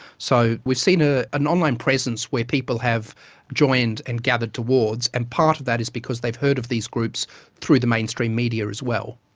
so we've seen ah an online presence where people have joined and gathered towards, and part of that is because they've heard of these groups through the mainstream media as well.